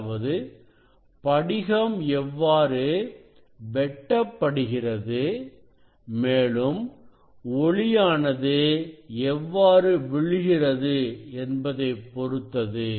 அதாவது படிகம் எவ்வாறு வெட்டப்படுகிறது மேலும் ஒளியானது எவ்வாறு விழுகிறது என்பதை பொறுத்தது